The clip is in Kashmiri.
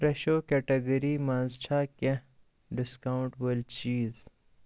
فرٛٮ۪شو کیٹَگری مَنٛز چھا کیٚنٛہہ ڈِسکاوُنٛٹ وٲلۍ چیٖز